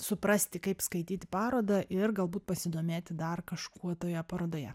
suprasti kaip skaityt parodą ir galbūt pasidomėti dar kažkuo toje parodoje